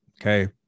okay